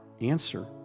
answer